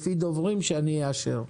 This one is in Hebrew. לפי דוברים שאני אאשר.